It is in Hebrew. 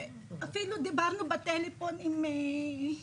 אפילו דיברנו בטלפון עם המראה,